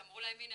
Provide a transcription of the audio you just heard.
אמרו להם "הנה,